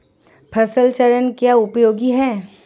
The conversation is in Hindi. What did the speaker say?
फसल चरण क्यों उपयोगी है?